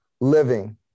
living